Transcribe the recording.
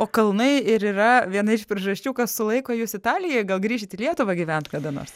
o kalnai ir yra viena iš priežasčių kas sulaiko jus italijoj gal grįšit į lietuvą gyvent kada nors